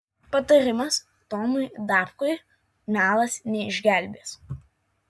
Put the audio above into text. patarimas tomui dapkui melas neišgelbės